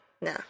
No